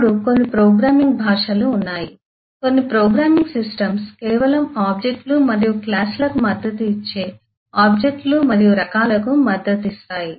ఇప్పుడు కొన్ని ప్రోగ్రామింగ్ భాషలు ఉన్నాయి కొన్ని ప్రోగ్రామింగ్ సిస్టమ్స్ కేవలం ఆబ్జెక్ట్ లు మరియు క్లాస్ లకు మద్దతు ఇచ్చే ఆబ్జెక్ట్ లు మరియు రకాలకు మద్దతు ఇస్తాయి